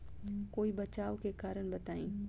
कोई बचाव के कारण बताई?